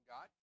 God